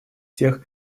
тех